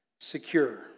Secure